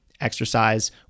Exercise